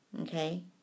Okay